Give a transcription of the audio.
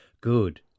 Good